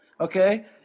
okay